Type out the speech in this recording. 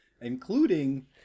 including